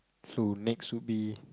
so next would be